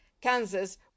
Kansas